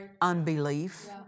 unbelief